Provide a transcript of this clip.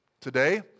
today